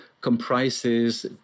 comprises